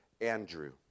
Andrew